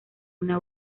una